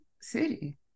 city